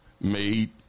made